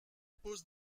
pose